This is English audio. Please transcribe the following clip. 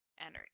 energy